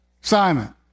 Simon